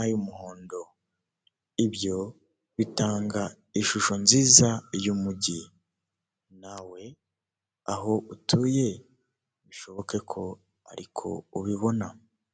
ari uwa eyateri hahagaze abatekinisiye bane bigaragara yuko bari gusobanurira aba bantu uko uyu munara ukoreshwa aha bantu bari gusobanurira bambaye amajire y'umutuku.